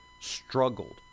struggled